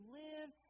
live